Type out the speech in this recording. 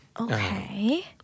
Okay